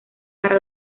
para